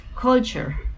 culture